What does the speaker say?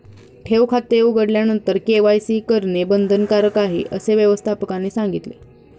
ठेव खाते उघडल्यानंतर के.वाय.सी करणे बंधनकारक आहे, असे व्यवस्थापकाने सांगितले